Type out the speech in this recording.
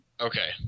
Okay